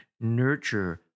nurture